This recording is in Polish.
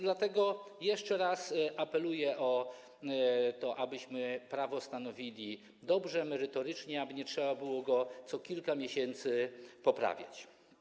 Dlatego jeszcze raz apeluję o to, abyśmy prawo stanowili dobrze, merytorycznie, aby nie trzeba było go co kilka miesięcy poprawiać.